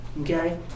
Okay